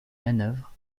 manœuvres